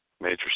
major